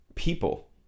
people